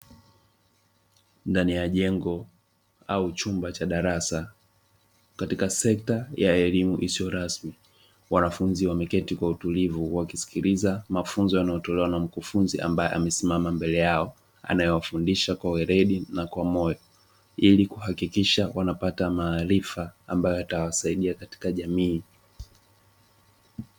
Ndani ya jengo au chumba cha darasa katika sekta ya elimu isiyo rasmi, wanafunzi wameketi kwa utulivu wakisikiliza mafunzo yanayotolewa na mkufunzi ambaye amesimama mbele yao anayewafundisha kwa weledi na kwa moyo, ili kuhakikisha wanapata maarifa ambayo yatawasaidia katika jamii.